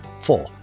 four